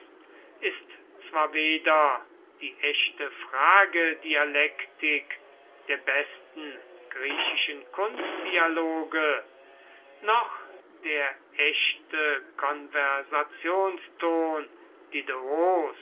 ist zwar weder die echte fragedialektik der besten griechischen kunstdialoge noch der echte konversationston